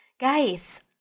Guys